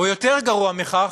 או יותר גרוע מכך,